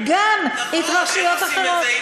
לא, לא, אני אקריא לך את זה שוב.